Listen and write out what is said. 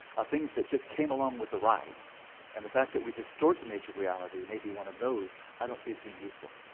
of things that just came along for the ride and the fact that we distort the nature of reality may be one of those i don't see it being useful.